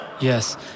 Yes